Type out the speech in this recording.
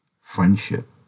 Friendship